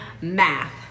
Math